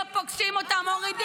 ממתי האחים שלך בצבא?